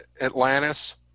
Atlantis